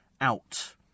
out